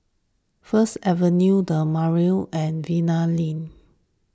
First Avenue the Madeira and Vanda Link